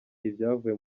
ibyavuye